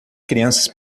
crianças